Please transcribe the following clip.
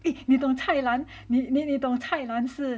eh 你懂 cai lan 你你懂 cai lan 是